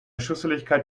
schusseligkeit